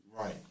right